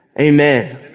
Amen